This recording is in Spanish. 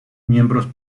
miembros